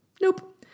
Nope